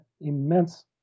immense